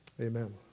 Amen